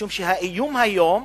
משום שהאיום היום,